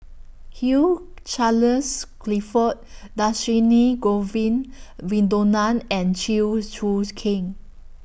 Hugh Charles Clifford Dhershini Govin Winodan and Chew's Choo Keng